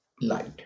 light